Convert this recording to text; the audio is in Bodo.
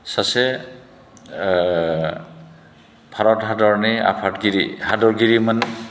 सासे भारत हादरनि आफादगिरि हादरगिरिमोन